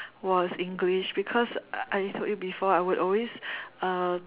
was English because I told you before I would always uh